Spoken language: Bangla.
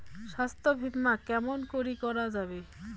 স্বাস্থ্য বিমা কেমন করি করা যাবে?